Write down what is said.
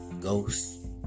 ghost